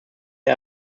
der